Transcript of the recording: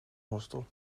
hostel